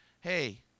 Hey